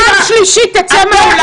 פעם שלישית תצא מהאולם.